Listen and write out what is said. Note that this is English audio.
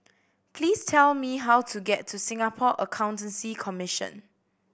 please tell me how to get to Singapore Accountancy Commission